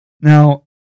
Now